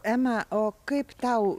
ema o kaip tau